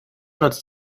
nutzt